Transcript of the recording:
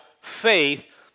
faith